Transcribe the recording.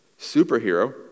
superhero